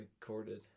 recorded